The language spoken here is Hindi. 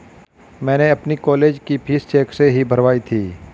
मैंने अपनी कॉलेज की फीस चेक से ही भरवाई थी